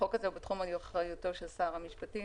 החוק הזה הוא בתחום אחריותו של שר המשפטים,